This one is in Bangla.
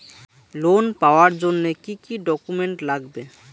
লোন পাওয়ার জন্যে কি কি ডকুমেন্ট লাগবে?